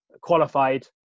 qualified